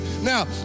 Now